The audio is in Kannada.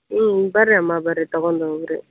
ಹ್ಞೂ ಹ್ಞೂ ಬನ್ರಿ ಅಮ್ಮ ಬನ್ರಿ ತಗೊಂಡ್ ಹೋಗ್ರಿ